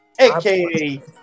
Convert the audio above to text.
aka